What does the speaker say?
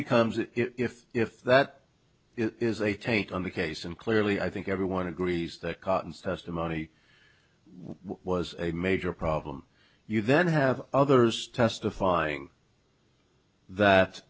becomes if if that is a taint on the case and clearly i think everyone agrees that cottons testimony was a major problem you then have others testifying that